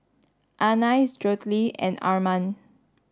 Anais Jolette and Arman